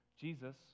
Jesus